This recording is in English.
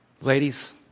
Ladies